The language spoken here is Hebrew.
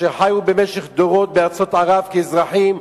אשר חיו במשך דורות בארצות ערב כאזרחים,